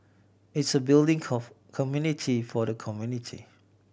it's a building community for the community